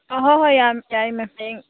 ꯑꯥ ꯍꯣꯏ ꯍꯣꯏ ꯌꯥꯏꯌꯦ ꯃꯦꯝ ꯍꯌꯦꯡ